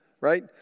right